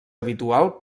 habitual